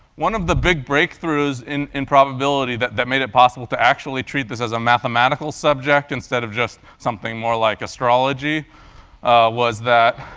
one of the big breakthroughs in in probability that that made it possible to actually treat this as a mathematical subject instead of just something more like astrology was